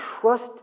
trust